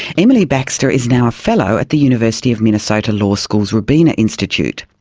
emily baxter is now a fellow at the university of minnesota law school's robina institute.